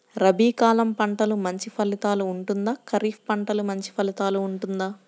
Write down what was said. రబీ కాలం పంటలు మంచి ఫలితాలు ఉంటుందా? ఖరీఫ్ పంటలు మంచి ఫలితాలు ఉంటుందా?